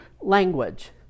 Language